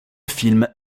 film